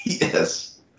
Yes